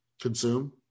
consume